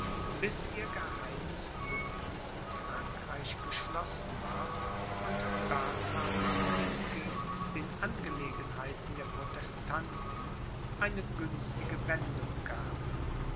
bis ihr geheimes bündniß mit frankreich geschlossen war und bernhards siege den angelegenheiten der protestanten eine günstige wendung gaben